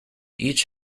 each